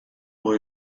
for